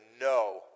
No